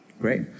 Great